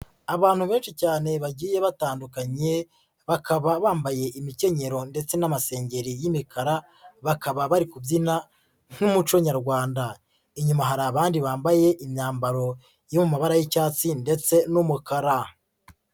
Abantu benshi cyane bagiye batandukanye bakaba bambaye imikenyero ndetse n'amasengeri y'imikara, bakaba bari kubyina nk'umuco nyarwanda, inyuma hari abandi bambaye imyambaro yo mu mabara y'icyatsi ndetse n'umukara.